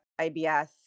IBS